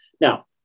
Now